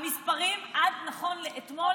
המספרים עד נכון לאתמול,